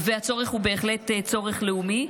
הצורך הוא בהחלט צורך לאומי,